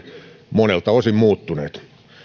monelta osin muuttuneet